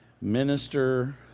minister